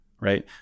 Right